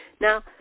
Now